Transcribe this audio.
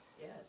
Yes